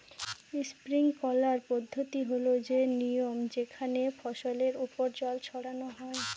sprinkler পদ্ধতি হল সে নিয়ম যেখানে ফসলের ওপর জল ছড়ানো হয়